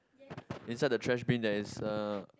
inside the trash bin there is uh